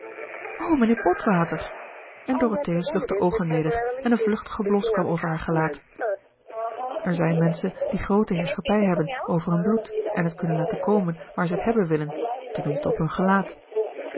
mijnheer botwater en dorothea sloeg de oogen neder en een vluchtige blos kwam over haar gelaat er zijn menschen die groote heerschappij hebben over hun bloed en het kunnen laten komen waar zij t hebben willen ten minste op hun gelaat